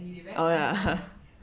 oh ya